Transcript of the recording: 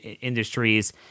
industries